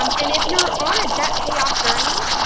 um and if you're on a debt payoff journey,